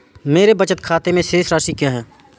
मेरे बचत खाते में शेष राशि क्या है?